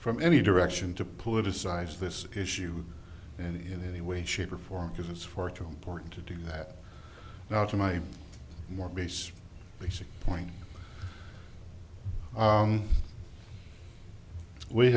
from any direction to politicize this issue and in any way shape or form because it's far too important to do that now to my more base basic point